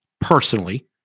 personally